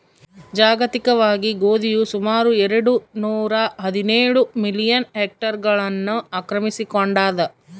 ಜಾಗತಿಕವಾಗಿ ಗೋಧಿಯು ಸುಮಾರು ಎರೆಡು ನೂರಾಹದಿನೇಳು ಮಿಲಿಯನ್ ಹೆಕ್ಟೇರ್ಗಳನ್ನು ಆಕ್ರಮಿಸಿಕೊಂಡಾದ